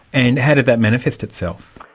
and how did that manifested itself?